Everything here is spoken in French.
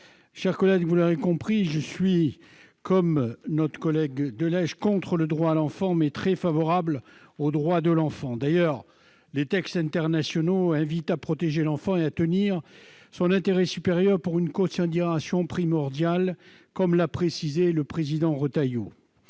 Chers collègues, vous l'aurez compris, je suis, comme M. de Legge, contre le droit à l'enfant, mais très favorable aux droits de l'enfant. D'ailleurs, les textes internationaux invitent à protéger l'enfant et à tenir son intérêt supérieur pour une considération primordiale, comme l'a précisé M. Retailleau.